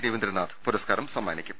രവീന്ദ്രനാഥ് പുരസ്കാരം സമ്മാനിക്കും